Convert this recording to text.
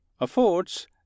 affords